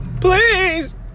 Please